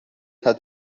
hat